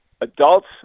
adults